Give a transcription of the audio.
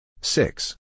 Six